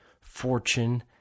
fortune